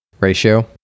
ratio